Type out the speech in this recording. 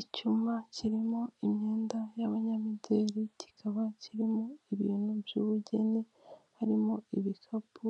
Icyumba kirimo imyenda y'abanyamideli kikaba kirimo ibintu by'ubugeni harimo ibikapu